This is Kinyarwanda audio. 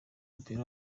w’umupira